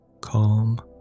Calm